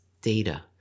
data